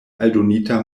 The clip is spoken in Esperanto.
aldonita